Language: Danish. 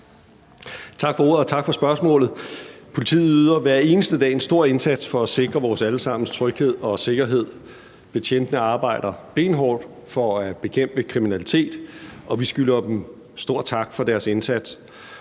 Tak for ordet, og tak for spørgsmålet. Politiet yder hver eneste dag en stor indsats for at sikre vores alle sammens tryghed og sikkerhed. Betjentene arbejder benhårdt for at bekæmpe kriminalitet, og vi skylder dem stor tak for deres indsats.